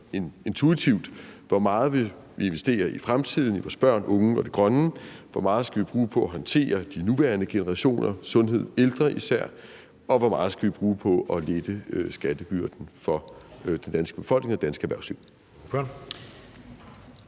intuitivt? Hvor meget vil man investere i fremtiden, i vores børn og unge og det grønne? Hvor meget skal vi bruge på at håndtere de nuværende generationer og sundhed og ældre især? Og hvor meget skal vi bruge på at lette skattebyrden for den danske befolkning og det danske erhvervsliv?